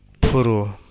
Puru